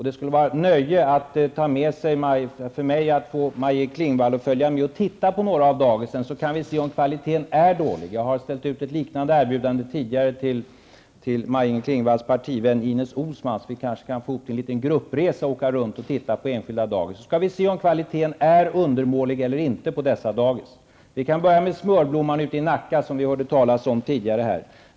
Det skulle vara ett nöje för mig att ta med Maj-Inger Klingvall för att titta på några av daghemmen. Då kan vi se om kvaliteten är dålig. Jag har tidigare kommit med ett liknande erbjudande till Maj-Inger Klingvalls partivän Ines Uusmann, så vi kan kanske få ihop till en liten gruppresa och åka runt och titta på enskilda daghem för att se efter om kvaliteten på dessa daghem är undermålig eller inte. Vi kan börja med Smörblomman ute i Nacka, som det talades om tidigare.